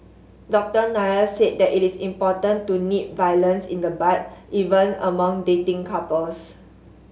Doctor Nair said that it is important to nip violence in the bud even among dating couples